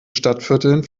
stadtvierteln